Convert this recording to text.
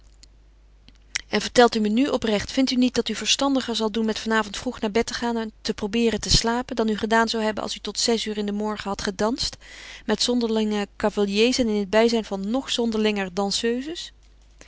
en vertelt u me nu oprecht vindt u niet dat u verstandiger zal doen met van avond vroeg naar bed te gaan en te probeeren te slapen dan u gedaan zou hebben als u tot zes uur in den morgen had gedanst met zonderlinge cavaliers en in het bijzijn van nog zonderlinger danseuses